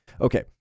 okay